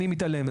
אני מתעלם.